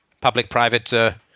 public-private